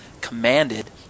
commanded